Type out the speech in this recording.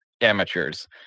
amateurs